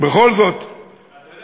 בכל זאת, אתה יודע